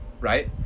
right